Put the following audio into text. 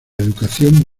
educación